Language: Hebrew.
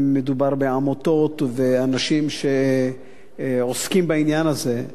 אם מדובר בעמותות ובאנשים שעוסקים בעניין הזה,